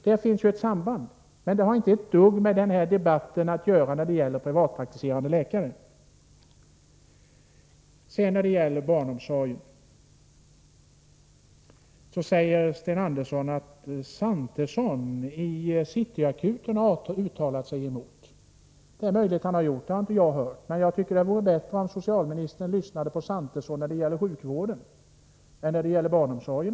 Där finns det ett samband. Men detta har inget att göra med debatten om privatpraktiserande läkare. Sten Andersson säger att Santesson på City Akuten har uttalat sig emot privat barnomsorg. Det är möjligt, men det har jag inte hört — och jag tycker det vore bättre om socialministern lyssnade på Santesson beträffande sjukvården i stället för beträffande barnomsorgen.